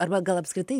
arba gal apskritai